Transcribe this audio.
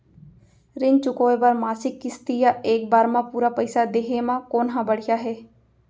ऋण चुकोय बर मासिक किस्ती या एक बार म पूरा पइसा देहे म कोन ह बढ़िया हे?